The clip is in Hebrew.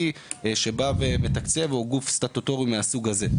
בא ומתקצב או גוף סטטוטורי מהסוג הזה.